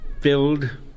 filled